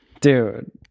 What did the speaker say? Dude